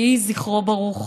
יהי זכרו ברוך.